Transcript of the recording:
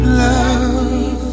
love